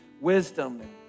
wisdom